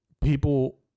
people